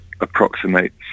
approximates